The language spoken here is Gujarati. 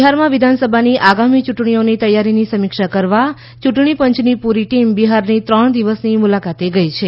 બિહારમાં વિધાનસભાની આગામી યૂંટણીઓની તૈયારીની સમીક્ષા કરવા યૂંટણી પંચની પૂરી ટીમ બિહારની ત્રણ દિવસની મુલાકાતે ગઇ છે